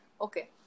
Okay